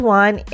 one